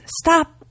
stop